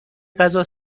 غذا